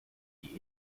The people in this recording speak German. die